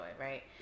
right